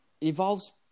involves